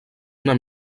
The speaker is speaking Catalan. una